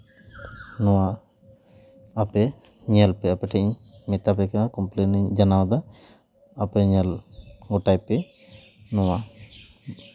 ᱱᱚᱣᱟ ᱟᱯᱮ ᱧᱮᱞ ᱯᱮ ᱟᱯᱮ ᱴᱷᱮᱡ ᱤᱧ ᱢᱮᱛᱟ ᱯᱮ ᱠᱟᱱᱟ ᱠᱚᱢᱯᱞᱮᱱ ᱤᱧ ᱡᱟᱱᱟᱣᱫᱟ ᱟᱯᱮ ᱧᱮᱞ ᱜᱚᱴᱟᱭ ᱯᱮ ᱱᱚᱣᱟ